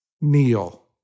kneel